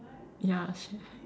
ya sia